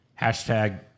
Hashtag